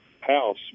House